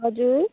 हजुर